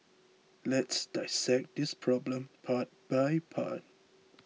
let's dissect this problem part by part